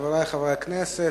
חברי חברי הכנסת,